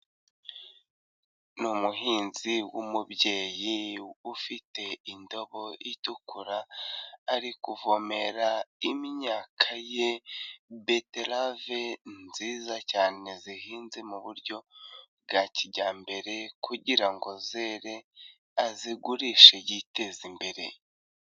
Ni umuhinzi w'umubyeyi ufite indobo itukura, ari kuvomera imyaka ye, beterave nziza cyane zihinze muburyo bwa kijyambere kugira ngo zere azigurishe yiteze imbere.